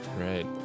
Right